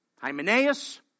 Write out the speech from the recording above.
Hymenaeus